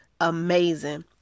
amazing